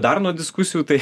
dar nuo diskusijų tai